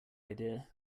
idea